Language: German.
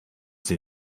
sie